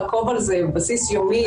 צריכים לעקוב אחרי זה על בסיס יומי,